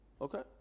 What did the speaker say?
Okay